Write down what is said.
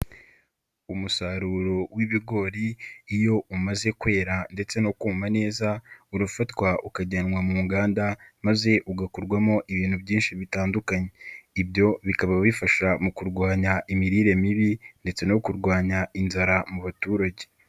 Umusaruro w'ibigori iyo umaze kwera ndetse no kuma neza urafatwa ukajyanwa mu nganda maze ugakorwamo ibintu byinshi bitandukanye, ibyo bikaba bifasha mu kurwanya imirire mibi ndetse no kurwanya inzara mu baturage.